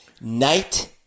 Night